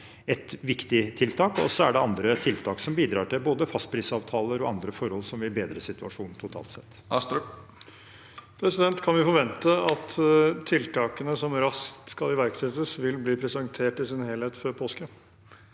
Det vil være viktige tiltak, og så er det andre tiltak som bidrar til både fastprisavtaler og andre forhold som vil bedre situasjonen totalt sett. Nikolai Astrup (H) Kan vi forvente at tiltakene som raskt skal iverksettes, vil bli presentert i sin helhet før påske?